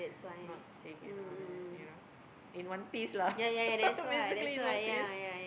not sick and all that you know in one piece lah basically in one piece